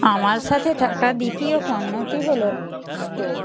আমার সাথে থাকা দ্বিতীয় পণ্যটি হল স্টোব